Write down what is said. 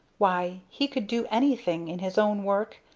why, he could do anything, in his own work!